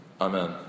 amen